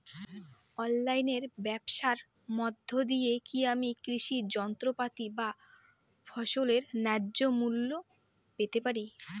অনলাইনে ব্যাবসার মধ্য দিয়ে কী আমি কৃষি যন্ত্রপাতি বা ফসলের ন্যায্য মূল্য পেতে পারি?